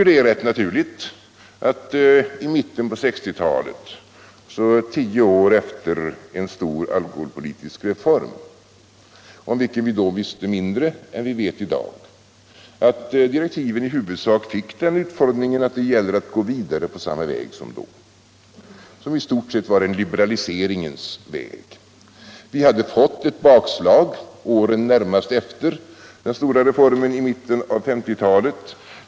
Det är naturligt att vi i mitten av 1960-talet — tio år efter en stor alkoholpolitisk reform — visste mindre än vi vet i dag om reformen och att direktiven i huvudsak fick den utformningen att det gällde att gå vidare på samma väg, som i stort sett var en liberaliseringens väg. Vi hade fått ett bakslag åren närmast efter den stora reformen i mitten av 1950-talet.